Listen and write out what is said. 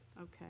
Okay